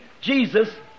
Jesus